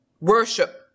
Worship